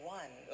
one